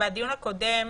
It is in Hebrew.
בדיון הקודם